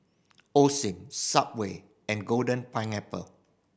Osim Subway and Golden Pineapple